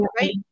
right